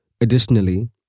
Additionally